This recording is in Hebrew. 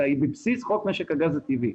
אלא היא בבסיס חוק משק הגז הטבעי.